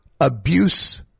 abuse